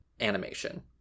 animation